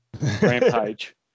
Rampage